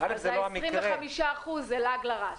אז 25% זה לעג לרש.